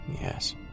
Yes